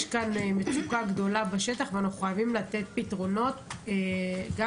יש כאן מצוקה גדולה בשטח ואנחנו חייבים לתת פתרונות למשטרה,